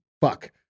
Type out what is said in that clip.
fuck